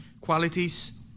qualities